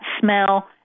smell